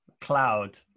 Cloud